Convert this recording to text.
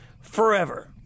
forever